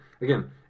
again